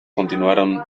continuaron